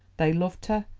they loved her,